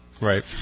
Right